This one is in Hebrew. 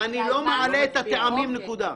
אני לא מעל את הטעמים, נקודה.